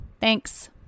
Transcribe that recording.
thanks